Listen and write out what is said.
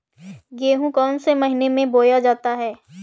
गेहूँ कौन से महीने में बोया जाता है?